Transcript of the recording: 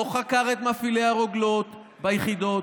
לא חקר את מפעילי הרוגלות ביחידות.